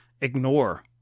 ignore